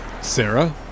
Sarah